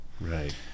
Right